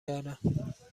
کردم